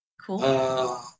Cool